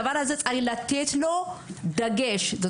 צריך לתת דגש על הדבר הזה.